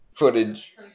footage